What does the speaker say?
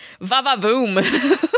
va-va-boom